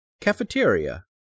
cafeteria